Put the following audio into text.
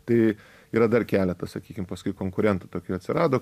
tai yra dar keletas sakykim paskui konkurentų tokių atsirado